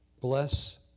Bless